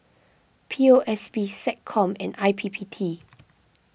P O S B SecCom and I P P T